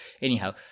anyhow